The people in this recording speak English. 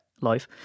life